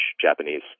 Japanese